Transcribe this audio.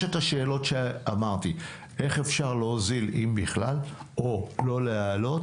השאלות שאמרתי איך אפשר להוזיל אם בכלל או לא להעלות